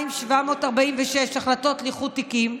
2,746 החלטות לאיחוד תיקים,